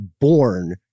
born